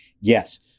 Yes